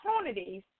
opportunities